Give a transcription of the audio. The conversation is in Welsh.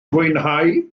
fwynhau